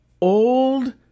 old